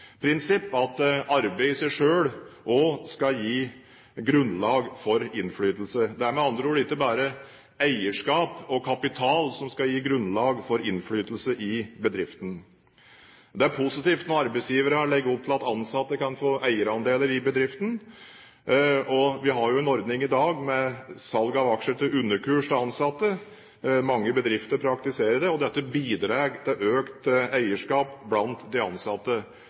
prinsipp at arbeid i seg selv også skal gi grunnlag for innflytelse. Det er med andre ord ikke bare eierskap og kapital som skal gi grunnlag for innflytelse i bedriften. Det er positivt når arbeidsgivere legger opp til at ansatte kan få eierandeler i bedriften. Vi har jo en ordning i dag med salg av aksjer til underkurs til ansatte. Mange bedrifter praktiserer det, og dette bidrar til økt eierskap blant de ansatte.